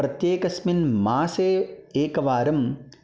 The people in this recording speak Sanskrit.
प्रत्येकस्मिन् मासे एकवारं